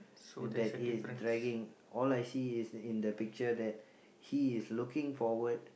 that he is dragging all I see is in the picture that he is looking forward